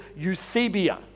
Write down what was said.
Eusebia